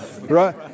Right